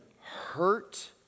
hurt